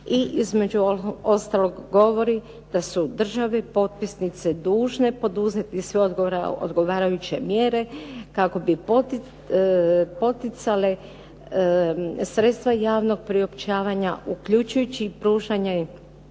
i između ostalog govori da su države potpisnice dužne poduzeti sve odgovarajuće mjere kako bi poticale sredstva javnog priopćavanja, uključujući pružanje